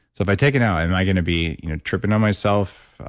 so, if i take it now, am i going to be you know tripping on myself,